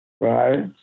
right